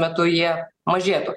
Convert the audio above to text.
metu jie mažėtų